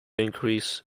increase